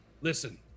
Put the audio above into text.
Listen